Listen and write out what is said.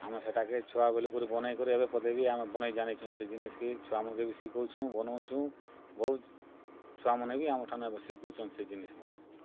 ଆମର୍ ସେଇଟାକେ ଛୁଆବେଲୁ କରି ବନାଇକରି ଏବେ ପଦେ ବି ବନାଇ ଜାନିଛୁଁ ସେ ଜିନିଷ୍କେ ଛୁଆମାନକେ ବି ଶିଖାଉଛୁଁ ବନାଉଛୁଁ ବହୁତ୍ ଛୁଆମାନେ ଭି ଆମର୍ ଠାନୁ ଏବେ ଶିଖୁଛନ୍ ସେ ଜିନିଷ୍ ମାନେ